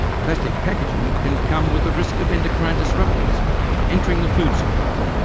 plastic packaging can come with the risk of endocrine disruptors entering the food supply.